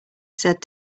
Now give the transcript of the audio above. said